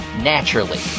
naturally